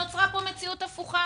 נוצרה פה מציאות הפוכה